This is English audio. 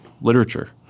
literature